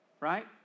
Right